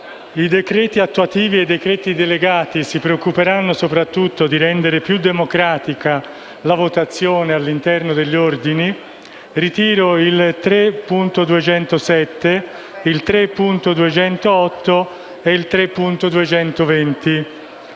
i decreti attuativi e i decreti delegati si preoccuperanno soprattutto di rendere più democratica la votazione all'interno degli ordini, ritiro gli emendamenti 3.207, 3.208